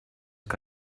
que